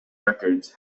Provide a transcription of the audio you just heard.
records